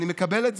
אני מקבל את זה.